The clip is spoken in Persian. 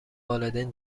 والدین